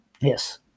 yes